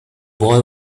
boy